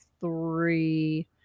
three